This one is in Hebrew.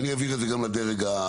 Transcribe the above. ואני אעביר את זה גם לדרג השני.